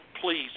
please